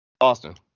Austin